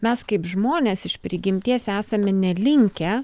mes kaip žmonės iš prigimties esame nelinkę